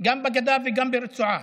גם בגדה וגם ברצועה,